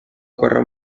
guerra